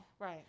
Right